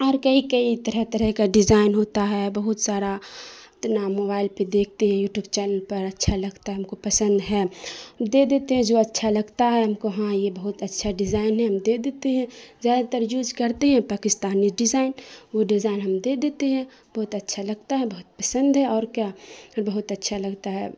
اور کئی کئی طرح طرح کا ڈیزائن ہوتا ہے بہت سارا اتنا موبائل پہ دیکھتے ہیں یوٹیوب چینل پر اچھا لگتا ہے ہم کو پسند ہے دے دیتے ہیں جو اچھا لگتا ہے ہم کو ہاں یہ بہت اچھا ڈیزائن ہے ہم دے دیتے ہیں زیادہ تر یوز کرتے ہیں پاکستانی ڈیزائن وہ ڈیزائن ہم دے دیتے ہیں بہت اچھا لگتا ہے بہت پسند ہے اور کیا بہت اچھا لگتا ہے